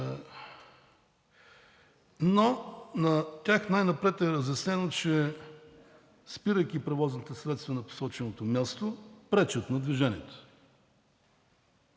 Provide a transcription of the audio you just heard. но на тях най-напред е разяснено, че спирайки превозните средства на посоченото място, пречат на движението.